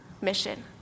mission